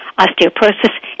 osteoporosis